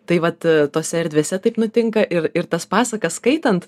tai vat tose erdvėse taip nutinka ir ir tas pasakas skaitant